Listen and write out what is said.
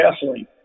gasoline